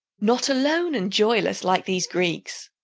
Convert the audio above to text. not alone and joyless, like these greeks.